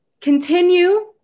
continue